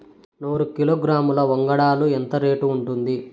నూరు కిలోగ్రాముల వంగడాలు ఎంత రేటు ఉంటుంది?